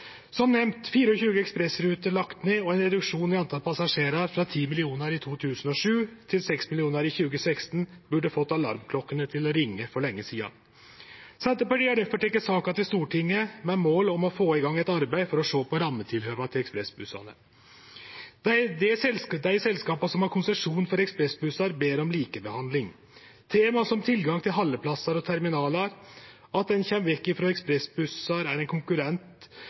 Som nemnt: 24 ekspressruter er lagde ned, og ein reduksjon i talet på passasjerar frå 10 millionar i 2007 til 6 millionar i 2016 burde fått alarmklokkene til å ringje for lenge sidan. Senterpartiet har difor teke saka til Stortinget med mål om å få i gang eit arbeid for å sjå på rammetilhøva til ekspressbussane. Dei selskapa som har konsesjon for ekspressbussar, ber om likebehandling. Aktuelle tema er tilgang til haldeplassar og terminalar, at ein kjem vekk frå at ekspressbussar som køyrer mellom landsdelar, er ein konkurrent